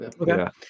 okay